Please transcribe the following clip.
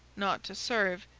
not to serve,